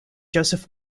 joseph